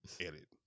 edit